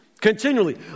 Continually